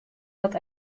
dat